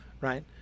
right